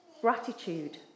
gratitude